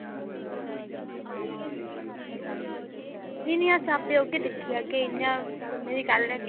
नेईं नेईं अस आप्पे औगे दिक्खी आगे इय्यां सुनने दी गल्ल ऐ